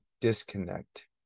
disconnect